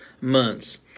months